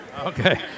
Okay